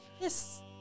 Yes